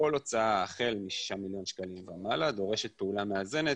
כל הוצאה החל מ-6 מיליון שקלים ומעלה דורשת פעולה מאזנת.